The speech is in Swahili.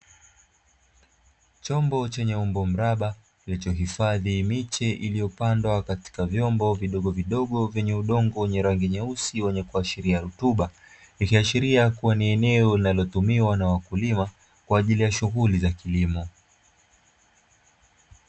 Chombo chenye umbo mraba kilichohifadhi miche iliyopandwa katika vyombo vidogovidogo vyenye udongo wenye rangi nyeusi wenye kuashiria rutuba, ikiashiria kuwa ni eneo linalotumiwa na wakulima kwa ajili ya shughuli za kilimo.